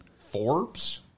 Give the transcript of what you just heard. Forbes